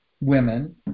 women